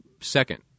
second